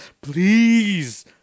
Please